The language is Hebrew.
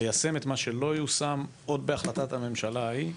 ליישם את מה שלא יושם עוד בהחלטת הממשלה ההיא.